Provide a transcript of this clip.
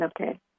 Okay